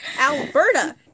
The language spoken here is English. alberta